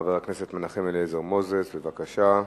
חבר הכנסת מנחם אליעזר מוזס, בבקשה.